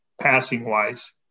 passing-wise